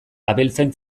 abeltzain